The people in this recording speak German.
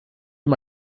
ihm